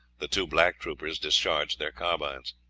the two black troopers discharged their carbines.